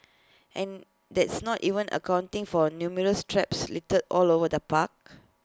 and that's not even accounting for A numerous traps littered all over the park